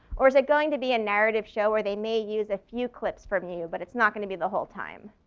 or is it going to be a narrative show where they may use a few clips from you, but it's not going to be the whole time?